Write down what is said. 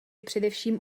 především